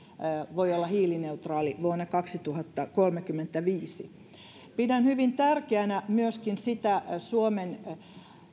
voi olla hiilineutraali vuonna kaksituhattakolmekymmentäviisi pidän hyvin tärkeänä myöskin sitä suomen